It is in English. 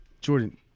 Jordan